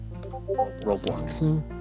Roblox